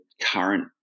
current